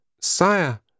Sire